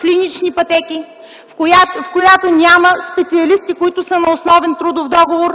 клинични пътеки, няма специалисти, които са на основен трудов договор,